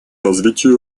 развитию